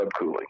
subcooling